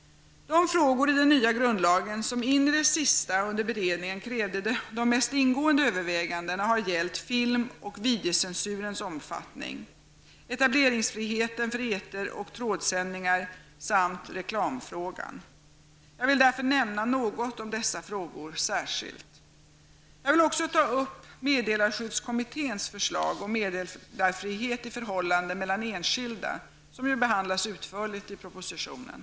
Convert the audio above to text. De frågor i den nya grundlagen som in i det sista under beredningen krävt de mest ingående övervägandena har gällt film och videocencurens omfattning, etableringsfriheten för eter och trådsändningar samt reklamfrågan. Jag vill därför nämna något om dessa frågor särskilt. Jag vill också ta upp meddelarskyddskommitténs förslag om meddelarfrihet i förhållandet mellan enskilda, som ju behandlas utförligt i propositionen.